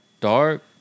dark